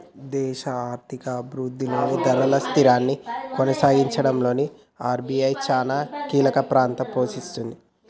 దేశ ఆర్థిక అభిరుద్ధిలో ధరల స్థిరత్వాన్ని కొనసాగించడంలో ఆర్.బి.ఐ చానా కీలకపాత్ర పోషిస్తది